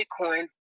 Bitcoin